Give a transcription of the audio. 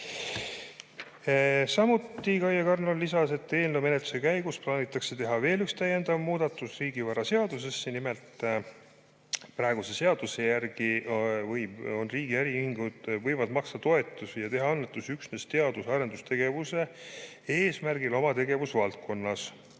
Kaie Karniol lisas, et eelnõu menetluse käigus plaanitakse teha veel üks täiendav muudatus riigivaraseadusesse. Nimelt praeguse seaduse järgi riigi äriühingud võivad maksta toetusi ning teha annetusi üksnes teadus- ja arendustegevuse eesmärgil oma tegevusvaldkonnas.